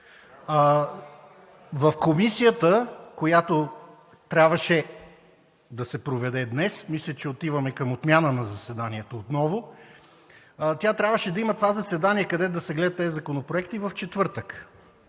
В Комисията, която трябваше да се проведе днес, мисля, че отиваме отново към отмяна на заседанието. Трябваше да има това заседание, където да се гледат тези законопроекти – миналия четвъртък